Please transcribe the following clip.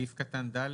סעיף קטן (ד)?